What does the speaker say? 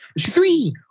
three